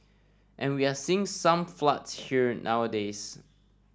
and we are seeing some floods here nowadays